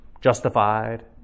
justified